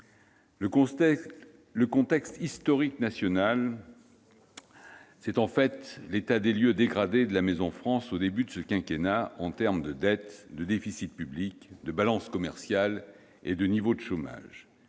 Le contexte historique national, c'est en fait l'état des lieux dégradé de la maison France au début de ce quinquennat en termes de dette, de déficit public, de balance commerciale et de niveau de chômage.